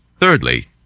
Thirdly